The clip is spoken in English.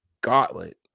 gauntlet